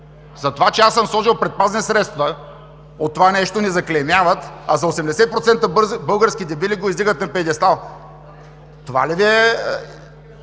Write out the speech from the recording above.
За това, че съм сложил предпазни средства, ни заклеймяват, а за 80% български дебили го издигат на пиедестал. Това ли Ви е